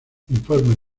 informes